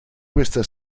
questa